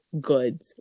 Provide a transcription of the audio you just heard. good